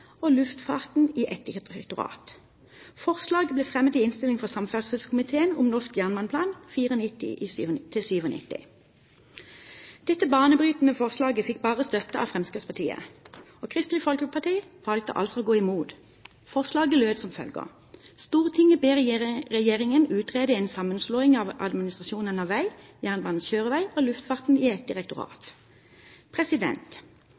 og luftfarten i ett direktorat. Forslaget ble fremmet i innstillingen fra samferdselskomiteen om Norsk jernbaneplan 1994–97. Dette banebrytende forslaget fikk bare støtte av Fremskrittspartiet. Kristelig Folkeparti valgte altså å gå imot. Forslaget lød som følger: «Stortinget ber Regjeringen utrede en sammenslåing av administrasjonen av veg, jernbanens kjøreveg og luftfarten i ett direktorat.»